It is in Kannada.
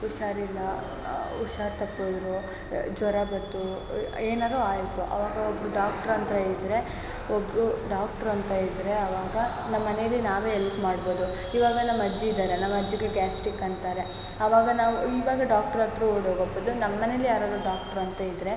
ಹುಷಾರಿಲ್ಲ ಹುಷಾರು ತಪ್ಪಿದ್ರು ಜ್ವರ ಬಂತು ಏನಾದ್ರು ಆಯಿತು ಅವಾಗ ಒಬ್ಬರು ಡಾಕ್ಟ್ರ್ ಅಂತ ಇದ್ದರೆ ಒಬ್ಬರು ಡಾಕ್ಟ್ರ್ ಅಂತ ಇದ್ದರೆ ಅವಾಗ ನಮ್ಮ ಮನೇಲಿ ನಾವೇ ಎಲ್ಪ್ ಮಾಡ್ಬೋದು ಇವಾಗ ನಮ್ಮಅಜ್ಜಿ ಇದ್ದಾರಲ್ಲ ನಮ್ಮಅಜ್ಜಿಗೆ ಗ್ಯಾಸ್ಟಿಕ್ ಅಂತಾರೆ ಅವಾಗ ನಾವು ಇವಾಗ ಡಾಕ್ಟ್ರ್ ಹತ್ರ ಓಡ್ಹೋಗೋ ಬದಲು ನಮ್ಮ ಮನೇಲೆ ಯಾರಾದ್ರೂ ಡಾಕ್ಟ್ರು ಅಂತ ಇದ್ದರೆ